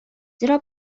زیرا